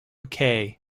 kay